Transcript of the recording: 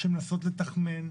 שמנסות לתחמן,